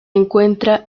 encuentra